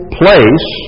place